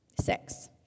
six